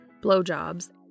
Blowjobs